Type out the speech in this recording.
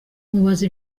mubaza